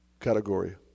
category